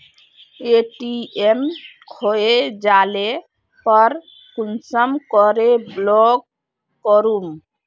ATM खोये जाले पर कुंसम करे ब्लॉक करूम?